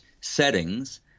settings